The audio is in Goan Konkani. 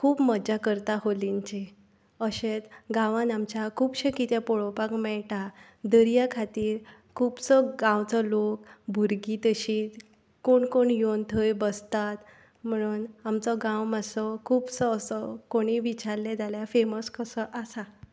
खूब मजा करता होलींची अशें गांवांत आमच्या खुबशें की पळोपाक मेळटा दर्या खातीर खुबसो गांवचो लोक भुरगीं तशीं कोण कोण येवन थंय बसतात म्हणोन आमचो गांव मातसो खूबसो असो कोणी विचारलें जाल्या फेमस कसो आसा